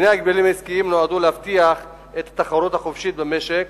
דיני ההגבלים העסקיים נועדו להבטיח את התחרות החופשית במשק,